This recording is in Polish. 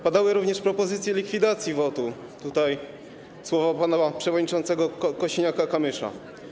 Padały również propozycje likwidacji WOT, słowa pana przewodniczącego Kosiniaka-Kamysza.